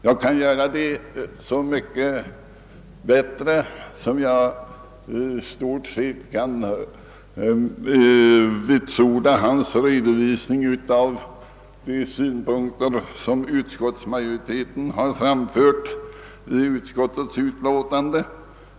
Jag kan göra det så mycket lättare som jag i stort sett kan vitsorda hans redovisning av de synpunkter som utskottsmajoriteten framfört i tredje lagutskottets utlåtande nr 38.